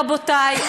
רבותי,